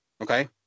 Okay